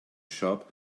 shop